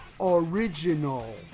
original